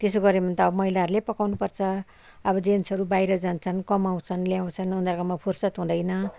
त्यसो गऱ्यो भने त महिलाहरूले पकाउँनुपर्छ अब जेन्ट्सहरू बाहिर जान्छन् कमाउँछन् ल्याउँछन् उनीहरूकोमा फुर्सद हुँदैन